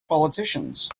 politicians